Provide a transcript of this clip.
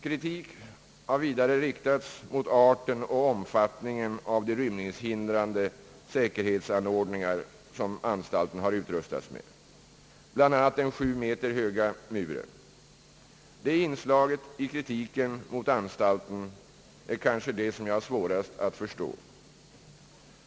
Kritik har vidare riktats mot arten och omfattningen av de rymningshindrande säkerhetsanordningar som Kumlaanstalten har utrustats med, bl.a. den sju meter höga muren, Detta inslag i kritiken mot anstalten är kanske det som jag har svårast att förstå.